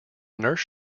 nurse